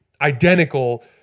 identical